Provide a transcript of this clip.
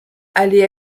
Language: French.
allait